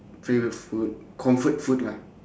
favourite food comfort food lah